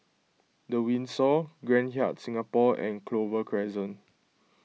the Windsor Grand Hyatt Singapore and Clover Crescent